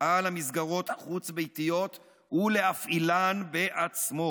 על המסגרות החוץ-ביתיות ולהפעילן בעצמו.